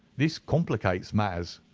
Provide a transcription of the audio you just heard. this complicates matters,